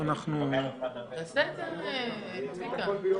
אוסאמה סעדי ביקש רוויזיה.